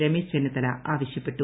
ര്മേശ് ചെന്നിത്തല ആവശ്യപ്പെട്ടു